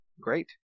great